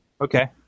Okay